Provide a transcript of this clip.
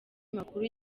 makuru